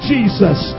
Jesus